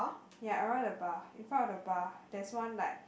ya around the bar in front of the bar there's one like